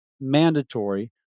mandatory